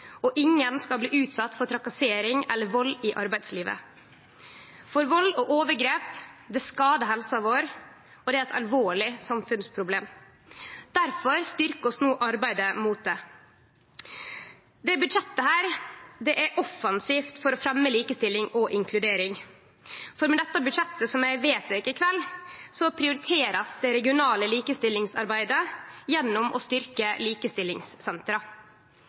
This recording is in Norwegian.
og ingen skal bli utsette for trakassering eller vald i arbeidslivet, for vald og overgrep skadar helsa vår og er eit alvorleg samfunnsproblem. Difor styrkjer vi no arbeidet mot det. Dette budsjettet er offensivt for å fremje likestilling og inkludering. Med det budsjettet vi vedtek i kveld, blir det regionale likestillingsarbeidet prioritert gjennom å